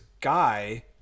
guy